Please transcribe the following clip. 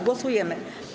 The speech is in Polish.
Głosujemy.